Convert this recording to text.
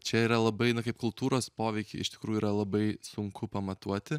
čia yra labai nu kaip kultūros poveikį iš tikrųjų yra labai sunku pamatuoti